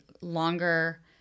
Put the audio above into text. longer